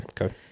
Okay